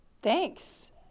thanks